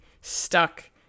stuck